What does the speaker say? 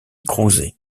crouzet